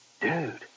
dude